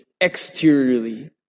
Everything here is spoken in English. exteriorly